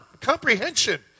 comprehension